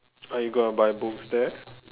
are you gonna buy books there